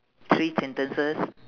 three sentences